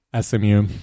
SMU